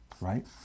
right